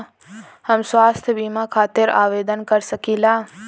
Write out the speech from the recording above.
हम स्वास्थ्य बीमा खातिर आवेदन कर सकीला?